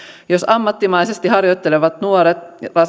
jos ammattimaisesti harjoittelevat nuoret